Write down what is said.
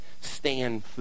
stand